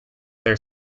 their